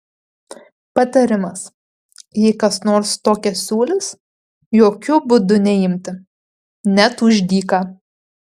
patarimas jei kas nors tokią siūlys jokiu būdu neimti net už dyką